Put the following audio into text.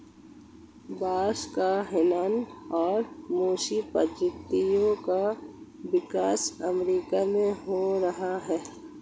बांस की हैनान और मोसो प्रजातियों का विकास अमेरिका में हो रहा है